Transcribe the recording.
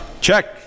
check